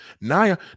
Naya